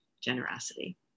generosity